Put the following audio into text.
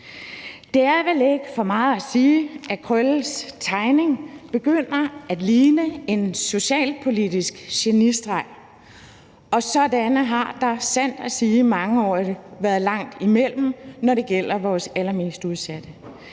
Det er vel ikke for meget at sige, at Krølles tegning begynder at ligne en socialpolitisk genistreg, og sådanne har der sandt at sige i mange år været langt imellem, når det gælder vores allermest udsatte.